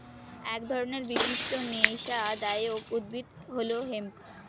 এক ধরনের বিশিষ্ট নেশাদায়ক উদ্ভিদ হল হেম্প